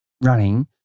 running